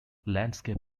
landscape